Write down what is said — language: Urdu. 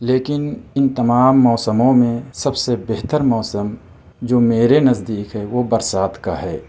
لیکن اِن تمام موسموں میں سب سے بہتر موسم جو میرے نزدیک ہے وہ برسات کا ہے